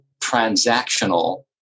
transactional